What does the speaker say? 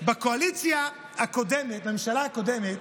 בקואליציה הקודמת, בממשלה הקודמת,